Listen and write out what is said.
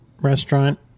restaurant